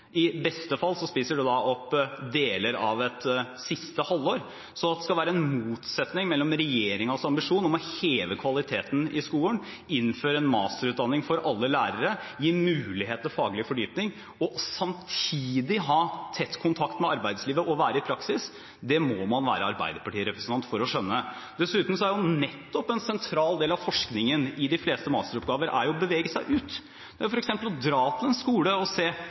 opp deler av et siste halvår. At det skal være en motsetning mellom regjeringens ambisjon om å heve kvaliteten i skolen, innføre en masterutdanning for alle lærere, gi mulighet til faglig fordypning og samtidig ha tett kontakt med arbeidslivet og være i praksis, må man være arbeiderpartirepresentant for å skjønne. Dessuten er nettopp en sentral del av forskningen i de fleste masteroppgaver å bevege seg ut. Det er f.eks. å dra til en skole og se